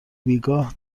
بیگاه